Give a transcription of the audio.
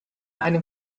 einen